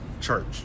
Church